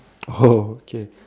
okay